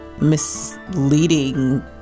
misleading